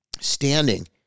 standing